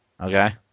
Okay